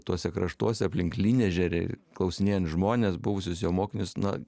tuose kraštuose aplink lynežerį klausinėjant žmones buvusius jo mokinius na